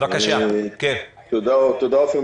תודה, עפר.